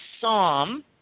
psalm